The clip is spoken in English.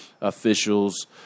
officials